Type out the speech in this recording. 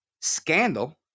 scandal